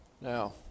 Now